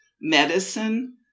medicine